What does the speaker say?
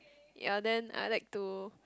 ya then I like to